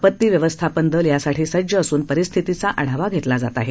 आपती व्यवस्थापन दल यासाठी सज्ज असून परिस्थितीचा आढावा घेतला जात आहे